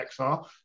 XR